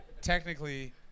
Technically